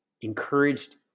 encouraged